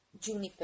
juniper